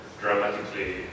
dramatically